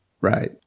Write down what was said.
Right